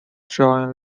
join